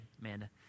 Amanda